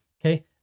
okay